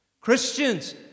Christians